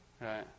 Right